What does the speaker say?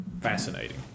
Fascinating